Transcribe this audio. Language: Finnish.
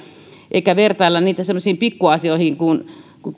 emmekä vertaile niitä semmoisiin pikkuasioihin kuten